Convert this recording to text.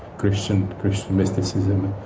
christian christian mysticism,